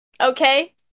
Okay